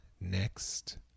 next